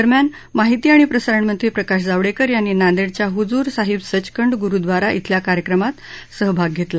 दरम्यान माहिती आणि प्रसारणमंत्री प्रकाश जावडेकर यांनी नांदेडच्या हुजूर साहिब सच्चखंड गुरुद्वारा धिल्या कार्यक्रमात सहभागी झाले